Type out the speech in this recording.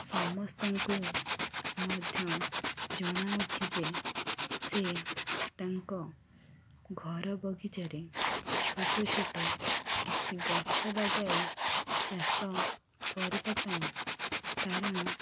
ସମସ୍ତଙ୍କୁ ମଧ୍ୟ ଜଣାଉଛି ଯେ ସେ ତାଙ୍କ ଘର ବଗିଚାରେ ଛୋଟ ଛୋଟ କିଛି ଗଛ ଲଗାଇ ଚାଷ କରିବା ପାଇଁ କାରଣ